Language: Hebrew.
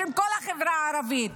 בשם כל החברה הערבית: